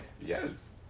Yes